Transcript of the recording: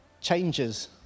changes